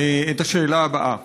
השאלה הבאה: